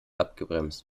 abgebremst